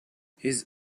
his